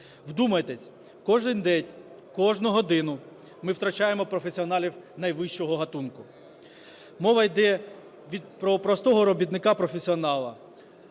Вдумайтесь: кожен день, кожну годину ми втрачаємо професіоналів найвищого ґатунку. Мова йде про простого робітника-професіонала,